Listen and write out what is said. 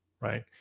right